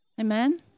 Amen